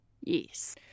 Yes